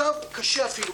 התש"ף,